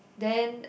then